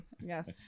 yes